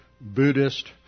Buddhist